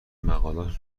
مقالات